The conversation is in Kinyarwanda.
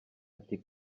ati